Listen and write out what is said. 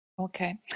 Okay